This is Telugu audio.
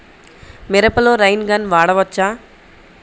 మిరపలో రైన్ గన్ వాడవచ్చా?